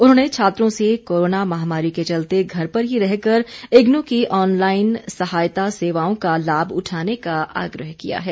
उन्होंने छात्रों से कोरोना महामारी के चलते घर पर ही रह कर इन्ग् की ऑनलाईन सहायता सेवाओं का लाभ उठाने का आग्रह किया है